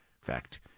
fact